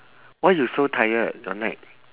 why you so tired your neck